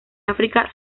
áfrica